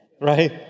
right